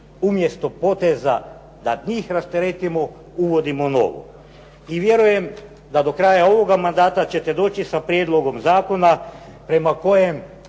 umjesto poteza da njih rasteretimo uvodimo novu. I vjerujem da do kraja ovoga mandata ćete doći sa prijedlogom zakona prema kojem